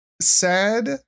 sad